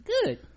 good